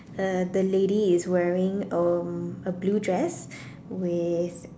uh the lady is wearing um a blue dress with